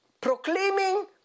proclaiming